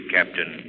Captain